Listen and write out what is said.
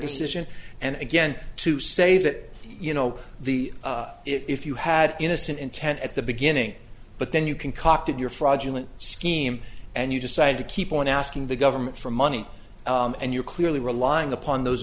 decision and again to say that you know the if you had innocent intent at the beginning but then you can cop to your fraudulent scheme and you decide to keep on asking the government for money and you're clearly relying upon those